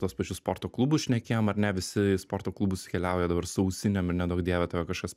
tuos pačius sporto klubus šnekėjom ar ne visi į sporto klubus keliauja dabar su ausinėm ir neduok dieve tave kažkas